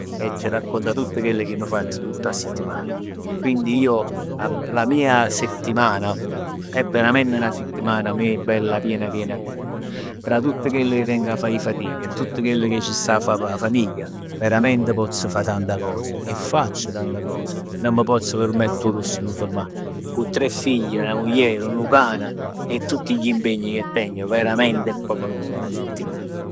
Inizio 'a raccuntà tutt chell che ammà fatt tutt 'a settiman, quindi io la mia settimana è veramente 'na settimana a me piena piena piena. Tra tutt chell ch' teng da fà 'e fatic e tutt chell che c' sta da fà p' 'a famiglia, veramente pozz fà tanta cos e faccio tanta cos. Nun m' pozz permetter 'o lusso 'e m' fermà, cu tre figl, 'na muglier, nu can e tutti gli impegni che tengo, veramente è proprj long 'na sittiman.